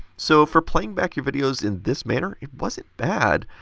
so, for playing back your videos in this manner, it wasn't bad.